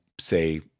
say